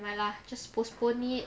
never mind lah just postpone it